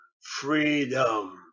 freedom